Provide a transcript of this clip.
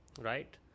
Right